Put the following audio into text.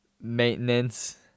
maintenance